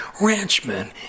ranchmen